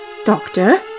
Doctor